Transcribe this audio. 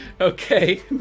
Okay